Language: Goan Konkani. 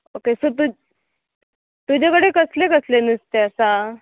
ओके सो तुज तुजे कडे कसलें कसलें नुस्तें आसा